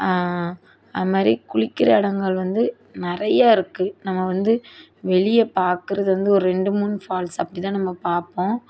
அதுமாதிரி குளிக்கிற இடங்கள் வந்து நிறைய இருக்குது நம்ம வந்து வெளியே பாக்கிறது வந்து ஒரு ரெண்டு மூணு ஃபால்ஸ் அப்படிதான் நம்ம பார்ப்போம்